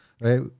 right